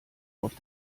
auf